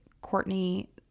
Courtney